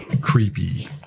creepy